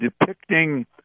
depicting